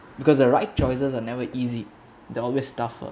because the right choices are never easy the obvious tougher